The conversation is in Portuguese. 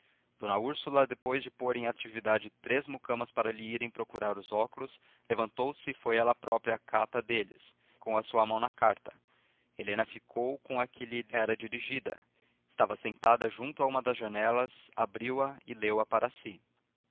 d úrsula depois de pôr em atividade três mucamas para lhe irem procurar os óculos levantouse e foi ela própria à cata deles com a sua carta na mão helena ficou com a que lhe era dirigida estava sentada junto a uma das janelas abriu-a e leu-a para si